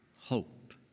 hope